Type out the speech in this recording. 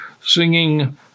singing